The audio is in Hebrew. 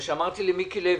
כשאמרתי למיקי לוי,